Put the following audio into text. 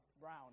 brown